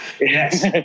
Yes